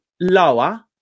lower